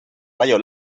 rayo